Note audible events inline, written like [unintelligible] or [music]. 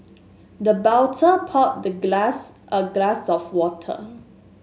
the [unintelligible] poured the glass a glass of water